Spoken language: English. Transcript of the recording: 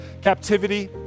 captivity